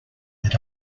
that